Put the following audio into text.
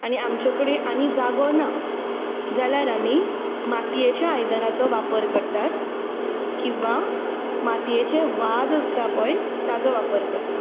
आनी आमचे कडेन आनी जागो ना जाल्यार आमी मातयेच्या आयदनांचो वापर करतात किंवा मातयेचे वाज आसता पळय ताचो वापर करतात